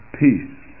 peace